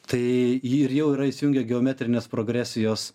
tai ji ir jau yra įsijungę geometrinės progresijos